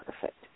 perfect